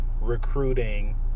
recruiting